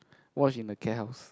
watch in the K house